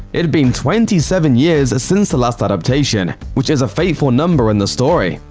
it'd been twenty seven years since the last adaptation, which is a fateful number in the story.